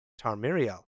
Tarmiriel